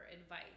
advice